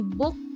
book